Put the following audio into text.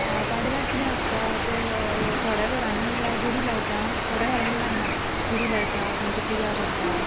पाडव्याक कितें आसता तें थोड्या घरांनी गुडी लायता थोड्या घरांनी लायना गुडी लायता तेंची पुजा करता